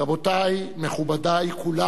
רבותי, מכובדי כולם,